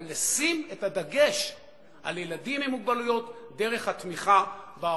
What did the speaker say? אבל לשים את הדגש על ילדים עם מוגבלויות דרך התמיכה בהורים,